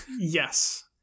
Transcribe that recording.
Yes